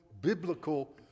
biblical